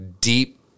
deep